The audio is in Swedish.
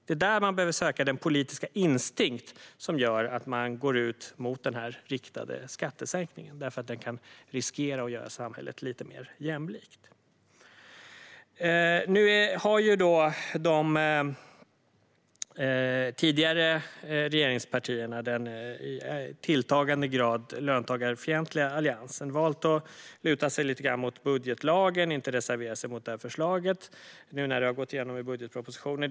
Det är där man behöver söka den politiska instinkt som gör att de går emot den här riktade skattesänkningen. Den riskerar ju att göra samhället lite mer jämlikt. De tidigare regeringspartierna - den i tilltagande grad löntagarfientliga Alliansen - har nu valt att luta sig mot budgetlagen och inte reservera sig mot förslaget, eftersom det har gått genom budgetpropositionen.